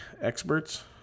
experts